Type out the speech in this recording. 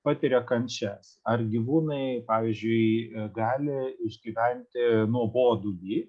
patiria kančias ar gyvūnai pavyzdžiui gali išgyventi nuobodulį